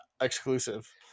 exclusive